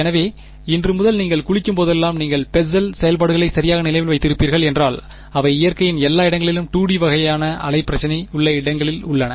எனவே இன்று முதல் நீங்கள் குளிக்கும்போதெல்லாம் நீங்கள் பெசல் செயல்பாடுகளை சரியாக நினைவில் வைத்திருப்பீர்கள் ஏனென்றால் அவை இயற்கையில் எல்லா இடங்களிலும் 2 டி வகையான அலை பிரச்சினை உள்ள இடங்களில் உள்ளன